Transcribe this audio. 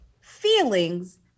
feelings